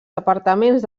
departaments